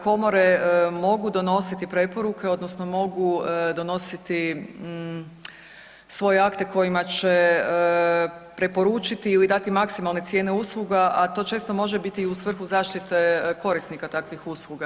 Komore mogu donositi preporuke odnosno mogu donositi svoje akte kojima će preporučiti ili dati maksimalne cijene usluga, a to često može biti i u svrhu zaštite korisnika takvih usluga.